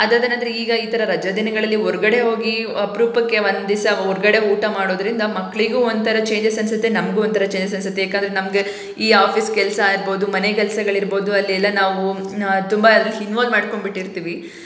ಅದಾದ ನಂತರ ಈಗ ಈ ಥರ ರಜಾದಿನಗಳಲ್ಲಿ ಹೊರ್ಗಡೆ ಹೋಗಿ ಅಪರೂಪಕ್ಕೆ ಒಂದಿವ್ಸ ಹೊರ್ಗಡೆ ಊಟ ಮಾಡೋದರಿಂದ ಮಕ್ಕಳಿಗೂ ಒಂಥರ ಚೇಂಜಸ್ ಅನಿಸುತ್ತೆ ನಮಗೂ ಒಂಥರ ಚೇಂಜಸ್ ಅನ್ಸುತ್ತೆ ಏಕಂದರೆ ನಮಗೆ ಈ ಆಫೀಸ್ ಕೆಲಸ ಇರ್ಬೋದು ಮನೆ ಕೆಲಸಗಳಿರ್ಬೋದು ಅಲ್ಲಿ ಎಲ್ಲ ನಾವು ತುಂಬ ಇನ್ವೊಲ್ವ್ ಮಾಡ್ಕೊಂಡ್ಬಿಟ್ಟಿರ್ತೀವಿ